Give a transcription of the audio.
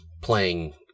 playing